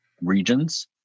regions